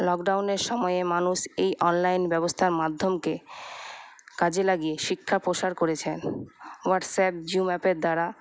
লকডাউনের সময় মানুষ এই অনলাইন ব্যবস্থার মাধ্যমকে কাজে লাগিয়ে শিক্ষার প্রসার করেছেন হোয়াটসঅ্যাপ জিও অ্যাপের দ্বারা